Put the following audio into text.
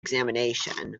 examination